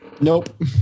Nope